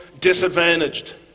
disadvantaged